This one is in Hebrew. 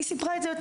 היא סיפרה זאת.